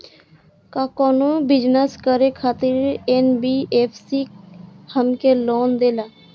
का कौनो बिजनस करे खातिर एन.बी.एफ.सी हमके लोन देला?